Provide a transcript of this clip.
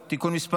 (שיבוט אדם ושינוי גנטי בתאי רבייה) (תיקון מס'